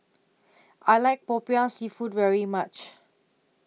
I like Popiah Seafood very much